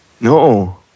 No